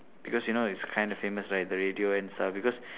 because you know it's kind of famous right the radio and stuff because